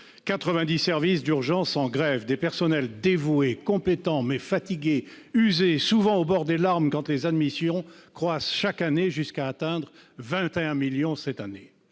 90 services d'urgence sont en grève. Les personnels sont dévoués, compétents, mais fatigués, usés et souvent au bord des larmes quand les admissions croissent chaque année, jusqu'à atteindre 21 millions selon les